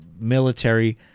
military